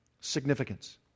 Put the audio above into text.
significance